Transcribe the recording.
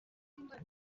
uko